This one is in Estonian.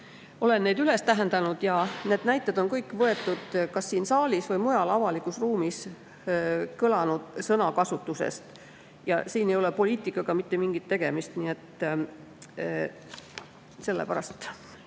Olen need üles tähendanud ja need näited on kõik võetud kas siin saalis või mujal avalikus ruumis kõlanud sõnakasutusest. Ja siin ei ole poliitikaga mitte mingit tegemist, [räägin] lihtsalt